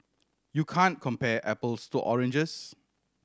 you can compare apples to oranges